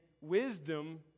wisdom